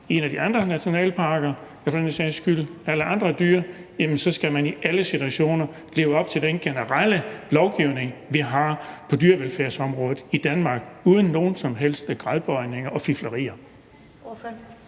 en af de andre nationalparker eller for den sags skyld andre steder med dyr, skal man i alle situationer leve op til den generelle lovgivning, vi har på dyrevelfærdsområdet i Danmark, uden nogen som helst gradbøjninger og fiflerier?